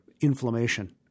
inflammation